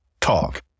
talk